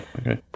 Okay